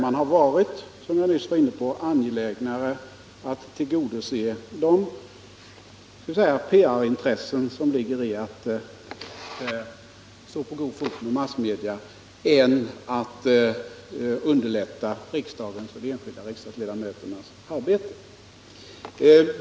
Man harsom jag nyss var inne på — varit angelägnare att tillgodose PR-intresset, att stå på god fot med massmedia, än att underlätta riksdagens och de enskilda riksdagsledamöternas arbete.